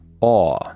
awe